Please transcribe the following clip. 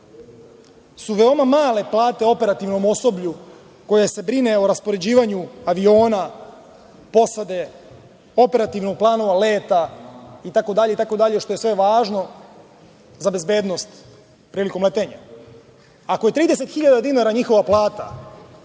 su veoma male plate operativnom osoblju koja se brine o raspoređivanju aviona, posade, operativnih planova leta itd, itd, što je sve važno za bezbednost prilikom letenja? Ako je 30 hiljada dinara njihova plata,